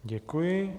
Děkuji.